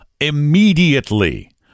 Immediately